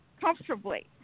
comfortably